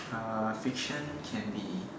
uh fiction can be